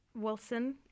Wilson